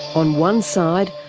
on one side,